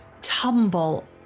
tumble